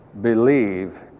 believe